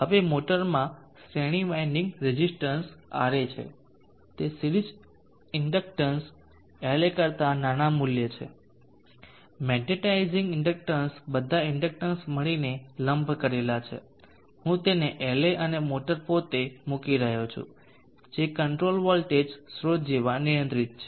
હવે મોટરમાં શ્રેણી વિન્ડિંગ રેઝિસ્ટન્સ Ra છે તે સિરીઝ ઇન્ડક્ટન્સ La કરતાં નાના મૂલ્ય છે મેગ્નેટાઇઝિંગ ઇન્ડક્ટન્સ બધા ઇન્ડક્ટન્સ મળીને લમ્પ કરેલા છે હું તેને La અને મોટર પોતે મૂકી રહ્યો છું જે કંટ્રોલ વોલ્ટેજ સ્ત્રોત જેવા નિયંત્રિત છે